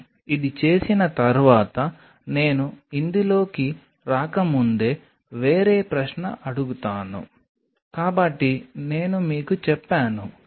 కానీ ఇది చెప్పిన తర్వాత నేను ఇందులోకి రాకముందే వేరే ప్రశ్న అడుగుతాను కాబట్టి నేను మీకు చెప్పాను